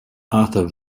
arthur